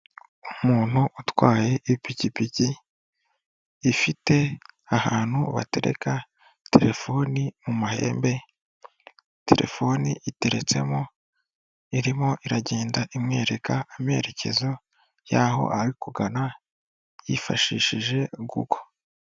Umuntu utwaye ipikipiki, ifite ahantu batereka terefoni mu mahembe, terefoni iteretsemo, irimo iragenda imwereka amerekezo y'aho ari kugana yifashishije google.